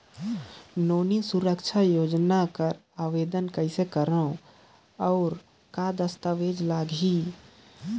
नोनी सुरक्षा योजना कर आवेदन कइसे करो? और कौन दस्तावेज लगही?